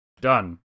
Done